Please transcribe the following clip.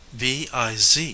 viz